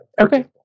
Okay